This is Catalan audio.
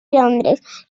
londres